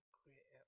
create